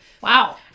Wow